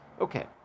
Okay